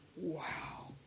wow